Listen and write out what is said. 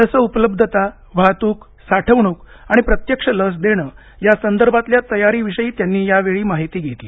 लस उपलब्धता वाहतूक साठवणूक आणि प्रत्यक्ष लस देणं यासंदर्भातल्या तयारीविषयी त्यांनी यावेळी माहिती घेतली